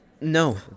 No